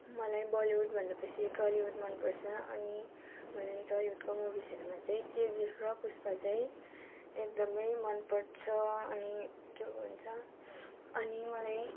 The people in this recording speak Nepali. मलाई बलिउड भन्दा बेसी टलिउड मनपर्छ अनि मलाई ट्रलिउडको मुभिजहरूमा चै केजिएफ र पुष्पा चाहिँ एकदमै मनपर्छ अनि के भन्छ अनि मलाई